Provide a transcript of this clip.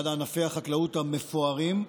אחד מענפי החקלאות המפוארים.